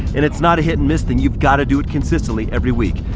and it's not a hit and miss thing. you've gotta do it consistently every week.